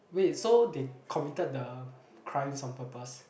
wait so they committed the crimes on purpose